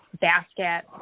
basket